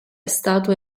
statue